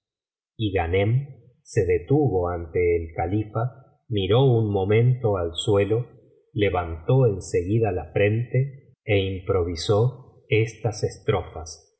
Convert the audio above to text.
y ghanem se detuvo ante el califa miró un momento al suelo levantó en seguida la frente é improvisó estas estrofas